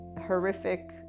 horrific